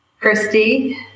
Christy